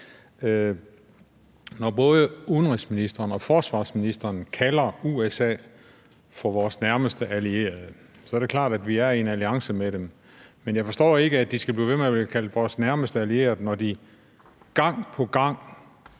Både udenrigsministeren og forsvarsministeren kalder USA for vores nærmeste allierede, og det klart, at vi er i en alliance med dem. Men jeg forstår ikke, at de skal blive ved med at blive kaldt vores nærmeste allierede, når de gang på gang